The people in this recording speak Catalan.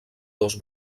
dos